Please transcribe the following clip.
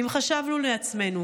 ואם חשבנו לעצמנו